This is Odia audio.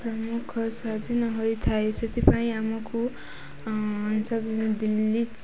ପ୍ରମୁଖ ସ୍ଵାଧୀନ ହୋଇଥାଏ ସେଥିପାଇଁ ଆମକୁ ଦିଲ୍ଲୀ